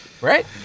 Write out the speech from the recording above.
right